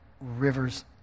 rivers